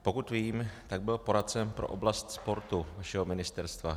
Pokud vím, tak byl poradcem pro oblast sportu vašeho ministerstva.